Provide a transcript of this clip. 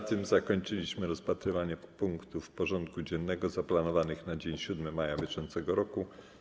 Na tym zakończyliśmy rozpatrywanie punktów porządku dziennego zaplanowanych na dzień 7 maja br.